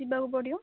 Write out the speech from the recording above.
ଯିବାକୁ ପଡ଼ିବ